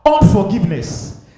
unforgiveness